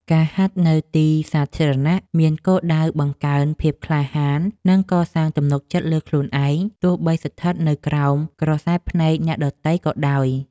ការហាត់នៅទីសាធារណៈមានគោលដៅបង្កើនភាពក្លាហាន និងកសាងទំនុកចិត្តលើខ្លួនឯង ទោះបីស្ថិតនៅក្រោមក្រសែភ្នែកអ្នកដទៃក៏ដោយ។